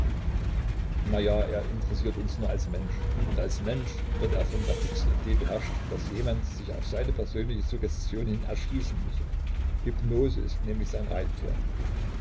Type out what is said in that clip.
ja er interessiert uns nur als mensch und als mensch wird er von der fixen idee beherrscht daß jemand sich auf seine persönliche suggestion hin erschießen müsse hypnose ist nämlich sein reitpferd